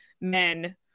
men